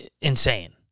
insane